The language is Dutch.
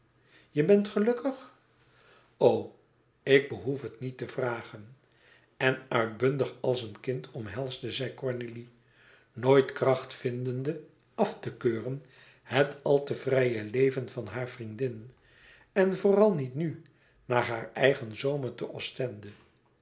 je bent gelukkig o ik behoef het niet te vragen en uitbundig als een kind omhelsde zij cornélie nooit kracht vindende af te keuren het al te vrije leven van hare vriendin en vooral niet nu na haar eigen zomer te ostende